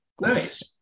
Nice